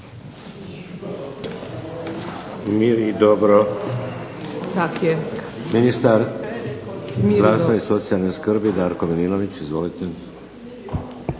Mir i dobro. Ministar zdravstva i socijalne skrbi Darko Milinović. Izvolite.